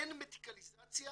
אין מדיקליזציה